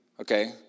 okay